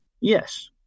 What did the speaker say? Yes